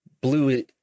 blue